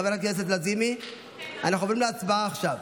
חברת הכנסת לזימי, אנחנו עוברים להצבעה עכשיו.